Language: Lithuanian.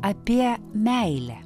apie meilę